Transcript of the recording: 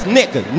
nigga